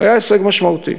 היה הישג משמעותי.